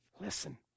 Listen